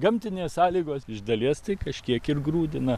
gamtinės sąlygos iš dalies tai kažkiek ir grūdina